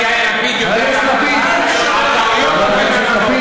חבר הכנסת יאיר לפיד יודע, חבר הכנסת לפיד,